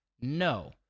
No